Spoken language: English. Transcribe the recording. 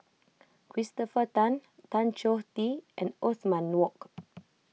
Christopher Tan Tan Choh Tee and Othman Wok